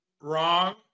Wrong